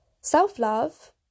Self-love